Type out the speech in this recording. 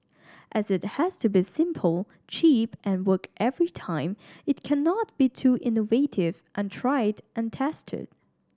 as it has to be simple cheap and work every time it cannot be too innovative untried and tested